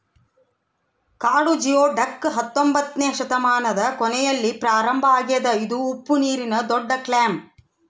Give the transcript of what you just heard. ಕಾಡು ಜಿಯೊಡಕ್ ಹತ್ತೊಂಬೊತ್ನೆ ಶತಮಾನದ ಕೊನೆಯಲ್ಲಿ ಪ್ರಾರಂಭ ಆಗ್ಯದ ಇದು ಉಪ್ಪುನೀರಿನ ದೊಡ್ಡಕ್ಲ್ಯಾಮ್